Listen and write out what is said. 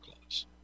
Clause